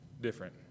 different